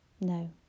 No